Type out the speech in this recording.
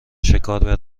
شکار